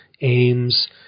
aims